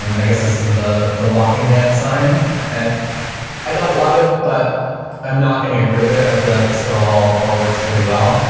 i guess this is the the walking man sign and i don't love it, but i'm not going to get rid of it. i feel like it's still all all works pretty well.